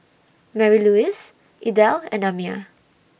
Marylouise Idell and Amiah